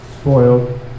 spoiled